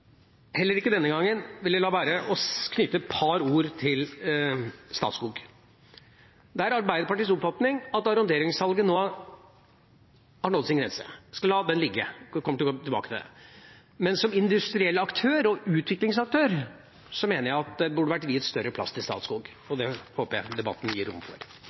Heller ikke denne gangen vil jeg la være å knytte et par ord til Statskog. Det er Arbeiderpartiets oppfatning at arronderingssalget nå har nådd sin grense. Jeg skal la det ligge – jeg skal komme tilbake til det. Men som industriell aktør og utviklingsaktør mener jeg at Statskog burde vært viet større plass, og det håper jeg debatten gir rom for.